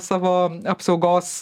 savo apsaugos